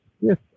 yes